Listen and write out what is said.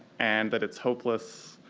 and that it's hopeless.